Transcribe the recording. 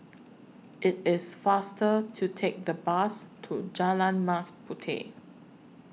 IT IS faster to Take The Bus to Jalan Mas Puteh